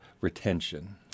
retention